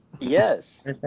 Yes